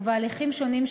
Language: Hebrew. ובהליכים שונים,